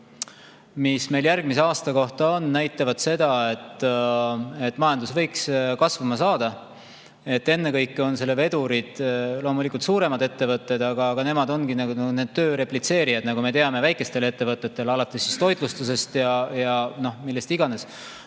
mis meil järgmise aasta kohta on, näitavad seda, et majandus võiks kasvama hakata. Ennekõike on selle vedurid loomulikult suuremad ettevõtted, aga nemad ongi need töö replitseerijad, nagu me teame, väikestele ettevõtetele, alates toitlustusest ja majutusest